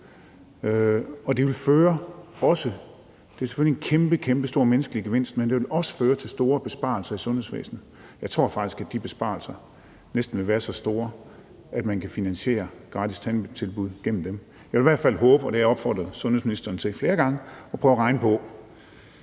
Det er selvfølgelig en kæmpekæmpestor menneskelig gevinst, men det ville også føre til store besparelser i sundhedsvæsenet. Jeg tror faktisk, at de besparelser næsten vil være så store, at man kan finansiere gratis tandtilbud gennem dem. Jeg vil i hvert fald håbe – og det har jeg opfordret sundhedsministeren til flere gange – at man vil prøve at regne på,